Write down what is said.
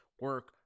Work